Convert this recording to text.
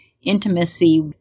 intimacy